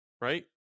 right